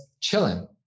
chilling